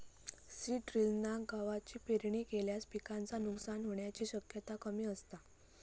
seed ड्रिलना गवाची पेरणी केल्यास पिकाचा नुकसान होण्याची शक्यता कमी असता